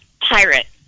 pirate